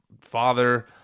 father